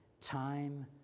Time